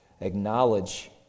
acknowledge